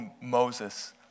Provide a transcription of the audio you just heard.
Moses